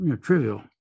trivial